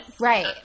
Right